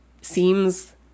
seems